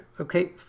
Okay